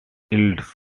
eldest